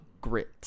grit